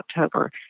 October